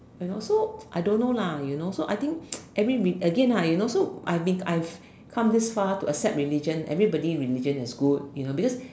you know so I don't lah you know so I think every again lah you kow I've been I've come this far to accept religion everybody religion is good you know because